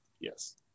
Yes